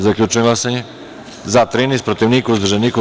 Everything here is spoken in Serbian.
Zaključujem glasanje: za – 13, protiv – niko, uzdržanih – nema.